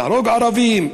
להרוג ערבים,